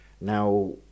Now